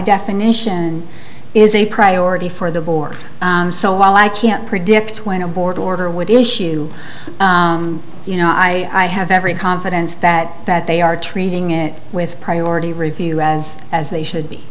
definition is a priority for the board so while i can't predict when a board order would issue you know i have every confidence that that they are treating it with priority review as as they should be